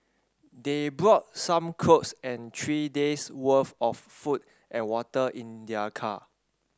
they brought some clothes and three days worth of food and water in their car